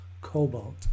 cobalt